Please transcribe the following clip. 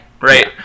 right